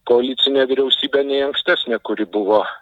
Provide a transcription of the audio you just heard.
koalicinė vyriausybė nei ankstesnė kuri buvo